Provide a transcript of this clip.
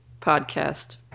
podcast